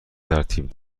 ترتیب